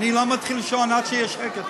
אני לא מתחיל שעון עד שיהיה שקט.